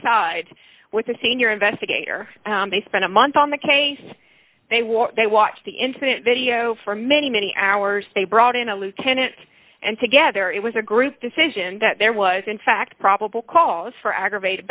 side with a senior investigator they spent a month on the case they were they watched the incident video for many many hours they brought in a lieutenant and together it was a group decision that there was in fact probable cause for aggravated